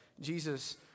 Jesus